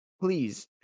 please